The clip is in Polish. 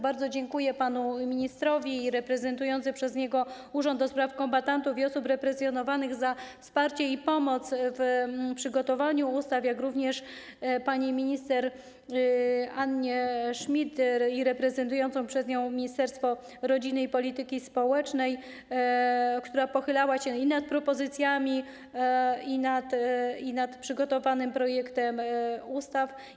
Bardzo dziękuję panu ministrowi i reprezentującemu przez niego Urzędowi do Spraw Kombatantów i Osób Represjonowanych za wsparcie i pomoc w przygotowaniu ustawy, jak również pani minister Annie Schmidt, reprezentującej Ministerstwo Rodziny i Polityki Społecznej, która pochylała się i nad propozycjami, i nad przygotowanym projektem ustawy.